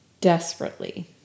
desperately